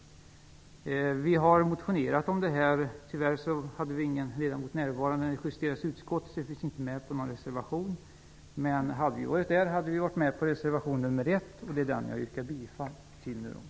Vi har motionerat om det här. Tyvärr var ingen av våra ledamöter närvarande när justeringen skedde i utskottet, och därför finns vi inte med på någon reservation. Hade vi varit representerade då, hade vi dock ställt oss bakom reservation nr 1, och jag yrkar nu bifall till den.